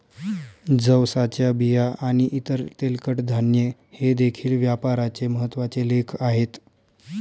जवसाच्या बिया आणि इतर तेलकट धान्ये हे देखील व्यापाराचे महत्त्वाचे लेख आहेत